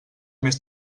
més